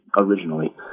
originally